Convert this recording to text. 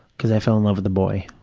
because i fell in love with a boy.